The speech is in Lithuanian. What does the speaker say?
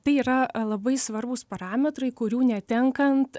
tai yra labai svarbūs parametrai kurių netenkant